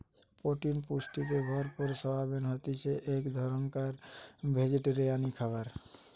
protein পুষ্টিতে ভরপুর soybean হতিছে এক ধরণকার ভেজিটেরিয়ান খাবার